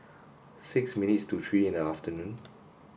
six minutes to three in the afternoon